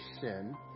sin